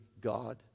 God